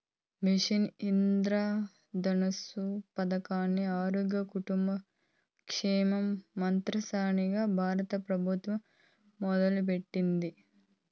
machine Indradhanush పదకాన్ని ఆరోగ్య, కుటుంబ సంక్షేమ మంత్రిత్వశాక బారత పెబుత్వం మొదలెట్టినాది